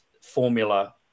formula